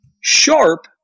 sharp